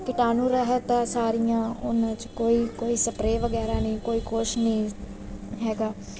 ਕੀਟਾਣੂ ਰਹਿਤ ਹੈ ਸਾਰੀਆਂ ਉਹਨਾਂ 'ਚ ਕੋਈ ਕੋਈ ਸਪਰੇਅ ਵਗੈਰਾ ਨਹੀਂ ਕੋਈ ਕੁਛ ਨਹੀਂ ਹੈਗਾ